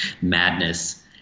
madness